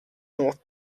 north